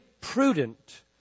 prudent